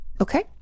Okay